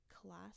class